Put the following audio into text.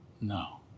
No